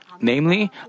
namely